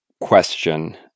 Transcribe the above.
question